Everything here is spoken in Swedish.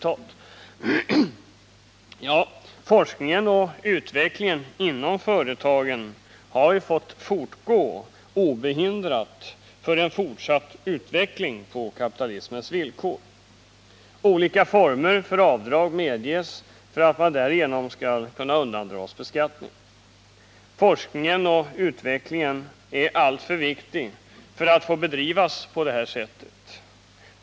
Forskningen och utvecklingen inom företagen har fått fortgå obehindrat på kapitalismens villkor. Olika former för avdrag medges för att inkomster därigenom skall kunna undandras beskattning. Forskningen och utvecklingen är alltför viktiga för att få bedrivas på detta sätt.